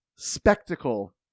spectacle